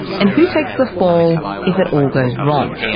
and who takes the fall if it all goes wrong?